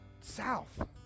south